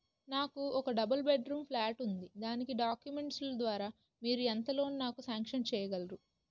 నాకు ఒక double bedroom flat ఉంది దాని డాక్యుమెంట్స్ లు ద్వారా మీరు ఎంత లోన్ నాకు సాంక్షన్ చేయగలరు?